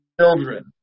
children